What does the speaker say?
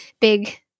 big